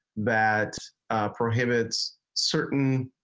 that prohibits certain.